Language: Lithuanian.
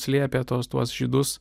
slėpė tuos tuos žydus